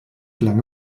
lange